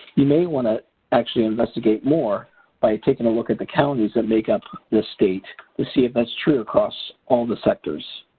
you may want to actually investigate more by taking a look at the counties that make up the state to see if that's true across all the sectors.